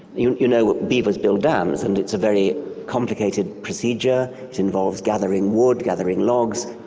you you know beavers build dams and it's a very complicated procedure, it involves gathering wood, gathering logs,